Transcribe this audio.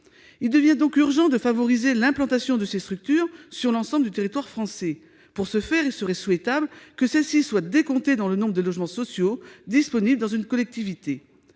Il devient urgent de favoriser l'implantation de ces structures sur l'ensemble du territoire français. Pour ce faire, il serait souhaitable que celles-ci soient décomptées dans le nombre de logements sociaux disponibles dans une collectivité.